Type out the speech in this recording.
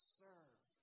serve